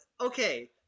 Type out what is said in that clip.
okay